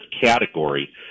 category